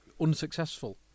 unsuccessful